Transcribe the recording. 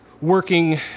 working